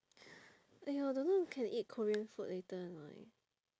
!aiyo! don't know we can eat korean food later or not